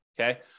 Okay